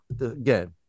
again